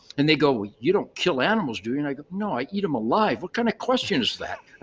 and they go, well, you don't kill animals, do you? and i go, no, i eat them alive. what kind of question is that?